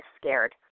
scared